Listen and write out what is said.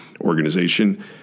organization